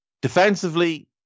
Defensively